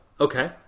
Okay